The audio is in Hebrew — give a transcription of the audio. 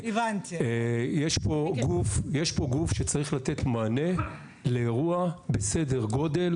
יש פה גוף שצריך לתת מענה לאירוע בסדר גודל